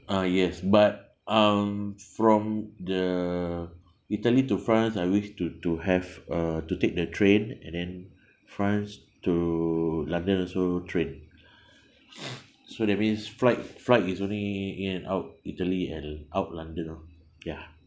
uh yes but um from the italy to france I wish to to have uh to take the train and then france to london also train so that means flight flight is only in and out italy and out london lor ya